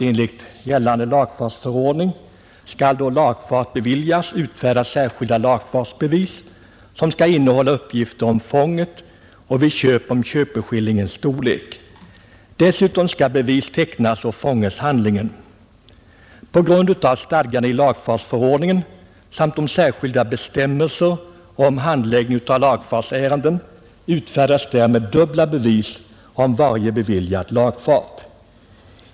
Enligt gällande lagfartsförordning skall, då lagfart beviljas, utfärdas särskilda lagfartsbevis som skall innehålla uppgifter om fånget och — vid köp — om köpeskillingens storlek. Dessutom skall bevis tecknas på fångeshandlingen. På grund av stadgandet i lagfartsförordningen och särskilda bestämmelser om handläggningen av lagfartsärenden utfärdas därmed dubbla bevis om varje beviljad lagfart.